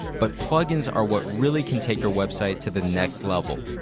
but plugins are what really can take your website to the next level.